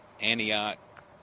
Antioch